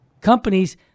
companies